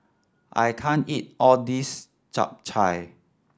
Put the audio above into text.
I can't eat all this Chap Chai